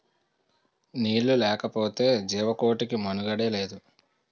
నీళ్లు లేకపోతె జీవకోటికి మనుగడే లేదు